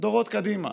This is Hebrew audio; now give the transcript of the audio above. דורות קדימה,